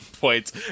points